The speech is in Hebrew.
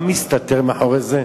מה מסתתר מאחורי זה?